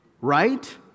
right